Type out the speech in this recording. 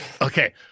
Okay